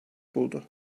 buldu